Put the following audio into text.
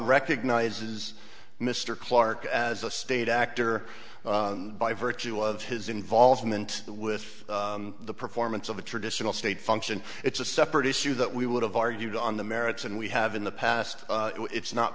recognizes mr clark as a state actor by virtue of his involvement with the performance of the traditional state function it's a separate issue that we would have argued on the merits and we have in the past it's not